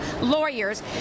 lawyers